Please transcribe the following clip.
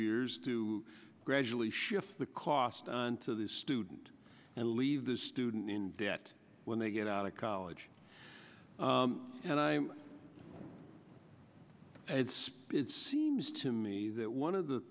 years to gradually shift the cost on to the student and leave the student in debt when they get out of college and i it's it seems to me that one of the